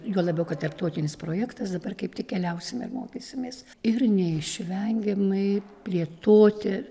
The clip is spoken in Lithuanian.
juo labiau kad tarptautinis projektas dabar kaip tik keliausime ir mokysimės ir neišvengiamai plėtoti